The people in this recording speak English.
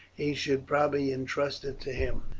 he should probably intrust it to him.